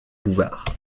bouvard